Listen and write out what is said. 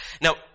now